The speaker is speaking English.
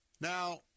Now